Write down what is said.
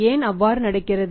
ஏன் அவ்வாறு நடக்கிறது